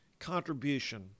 contribution